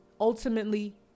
ultimately